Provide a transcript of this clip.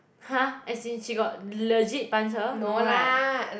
!huh! as in she got legit punch her no right